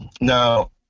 now